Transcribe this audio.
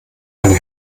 eine